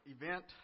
event